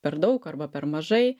per daug arba per mažai